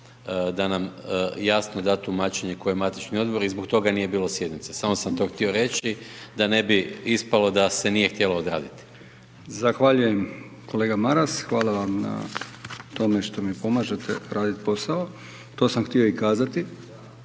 da nam jasno da tumačenje koji je matični Odbor i zbog toga nije bilo sjednice. Samo sam to htio reći, da ne bi ispalo da se nije htjelo odraditi. **Brkić, Milijan (HDZ)** Zahvaljujem kolega Maras. Hvala vam na tome što mi pomažete raditi posao, to sam htio i kazati